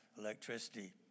electricity